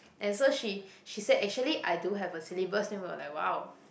and so she she said actually I do have a syllabus then we were like !wow!